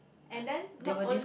and then not on~